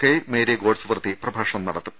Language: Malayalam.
കെയ് മേരി ഗോഡ്സ്വർത്തി പ്രഭാഷണം നടത്തും